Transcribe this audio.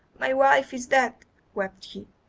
my wife is dead wept he.